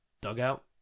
dugout